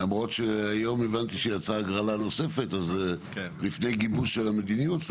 למרות שהיום הבנתי שיצאה הגרלה נוספת לפני גיבוש של המדיניות.